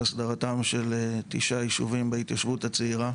הסדרתם של תשעה יישובים בהתיישבות הצעירה,